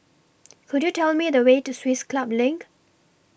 Could YOU Tell Me The Way to Swiss Club LINK